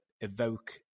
evoke